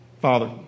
Father